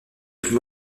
plus